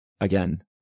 again